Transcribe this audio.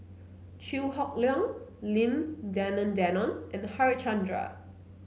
Chew Hock Leong Lim Denan Denon and Harichandra